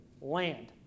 land